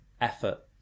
effort